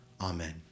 Amen